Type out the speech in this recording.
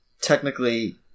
technically